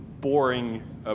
boring